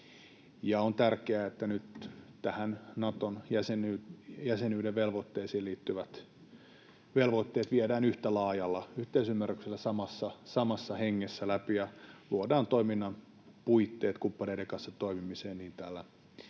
on tärkeää, että nyt Naton jäsenyyteen liittyvät velvoitteet viedään yhtä laajalla yhteisymmärryksellä, samassa hengessä, läpi ja luodaan toiminnan puitteet kumppaneiden kanssa toimimiseen niin täällä